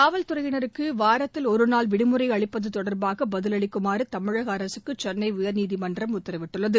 காவல்துறையினருக்கு வாரத்தில் ஒருநாள் விடுமுறை அளிப்பது தொடர்பாக பதிலளிக்குமாறு தமிழக அரசுக்கு சென்னை உயர்நீதிமன்றம் உத்தரவிட்டுள்ளது